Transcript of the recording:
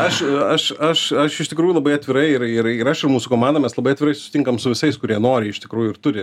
aš aš aš aš iš tikrųjų labai atvirai ir ir ir aš ir mūsų komanda mes labai atvirai sutinkam su visais kurie nori iš tikrųjų ir turi